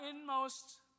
inmost